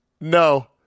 No